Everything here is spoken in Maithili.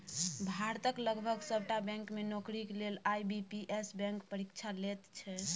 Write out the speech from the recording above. भारतक लगभग सभटा बैंक मे नौकरीक लेल आई.बी.पी.एस बैंक परीक्षा लैत छै